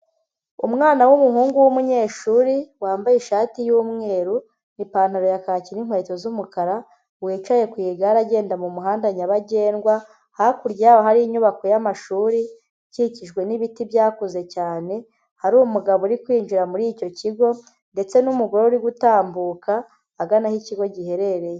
Umwana w'umuhungu w'umunyeshuri, wambaye ishati y'umweru, ipantaro ya kaki n'inkweto z'umukara, wicaye ku igare agenda mu muhanda nyabagendwa, hakurya hari inyubako y'amashuri ikikijwe n'ibiti byakuze cyane, hari umugabo uri kwinjira muri icyo kigo ndetse n'umugore uri gutambuka agana aho ikigo giherereye.